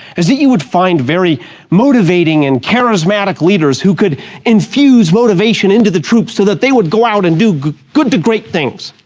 is that you would find very motivating and charismatic leaders who could infuse motivation into the troops so that they would go out and do good good to great things.